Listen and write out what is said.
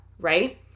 right